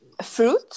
Fruit